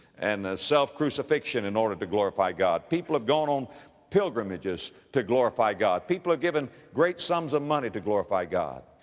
and self crucifixion in order to glorify god. people have gone on pilgrimages to glorify god. people have given great sums of money to glorify god.